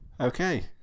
Okay